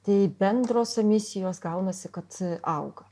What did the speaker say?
tai bendros emisijos gaunasi kad auga